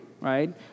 right